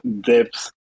depth